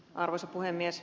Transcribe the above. arvoisa puhemies